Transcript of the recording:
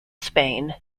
spain